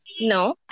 No